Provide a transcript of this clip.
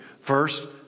First